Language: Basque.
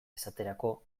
esaterako